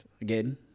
again